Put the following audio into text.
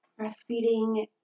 Breastfeeding